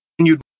continued